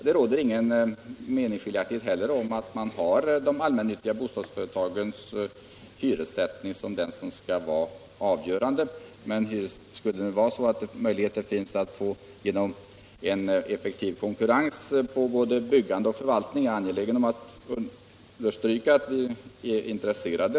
Det råder inga meningsskiljaktigheter om att vi skall ha de allmännyttiga bostadsföretagens hyressättning som den avgörande. Men finns det möjligheter till en effektiv konkurrens i fråga om både byggande och förvaltning kan det ju ge effekten att man får en lägre hyra.